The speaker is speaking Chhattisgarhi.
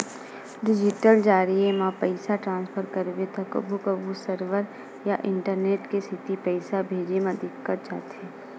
डिजिटल जरिए म पइसा ट्रांसफर करबे त कभू कभू सरवर या इंटरनेट के सेती पइसा भेजे म दिक्कत जाथे